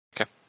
Okay